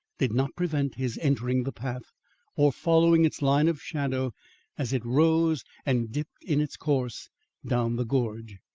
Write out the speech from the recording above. did not prevent his entering the path or following its line of shadow as it rose and dipped in its course down the gorge.